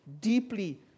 deeply